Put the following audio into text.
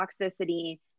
toxicity